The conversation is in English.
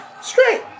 Straight